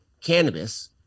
cannabis